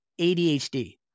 ADHD